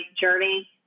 journey